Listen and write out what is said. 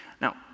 Now